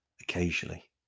Occasionally